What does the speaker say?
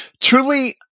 truly